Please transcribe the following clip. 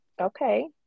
Okay